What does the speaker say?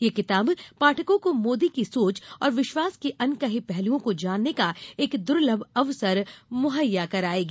यह किताब पाठकों को मोदी की सोच और विश्वास के अनकहे पहलुओं को जानने का एक दुर्लभ अवसर मुहैया कराएगी